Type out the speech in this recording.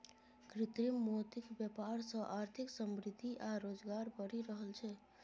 कृत्रिम मोतीक बेपार सँ आर्थिक समृद्धि आ रोजगार बढ़ि रहल छै